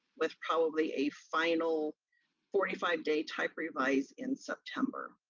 with probably a final forty five day type revise in september.